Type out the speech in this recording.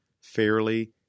fairly